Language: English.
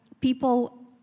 people